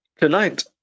tonight